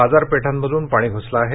बाजारपेठांमधून पाणी घुसलं आहे